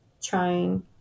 trying